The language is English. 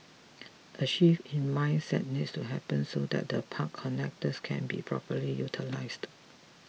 a shift in mindset needs to happen so that the park connectors can be properly utilised